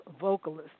vocalist